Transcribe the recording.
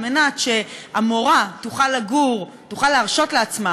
כדי שהמורה תוכל להרשות לעצמה,